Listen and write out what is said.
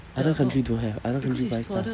other country don't have other country buy stuff